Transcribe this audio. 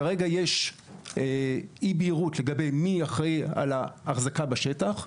כרגע יש אי בהירות לגבי מי אחראי על ההחזקה בשטח,